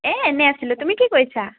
এই এনেই আছিলোঁ তুমি কি কৰিছা